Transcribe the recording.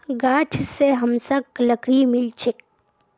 गाछ स हमसाक लकड़ी मिल छेक